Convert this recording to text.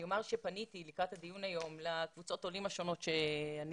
אני אומר שלקראת הדיון היום פניתי לקבוצות העולים השונות שאני